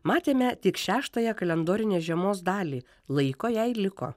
matėme tik šeštąją kalendorinės žiemos dalį laiko jai liko